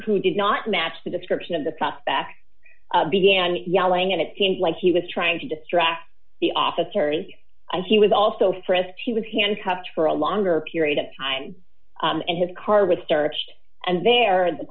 who did not match the description of the prospect began yelling and it seemed like he was trying to distract the officers i he was also frisked he was handcuffed for a longer period of time in his car with searched and there